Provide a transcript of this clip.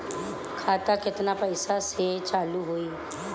खाता केतना पैसा से चालु होई?